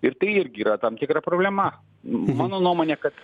ir tai irgi yra tam tikra problema mano nuomone kad